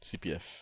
C_P_F